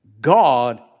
God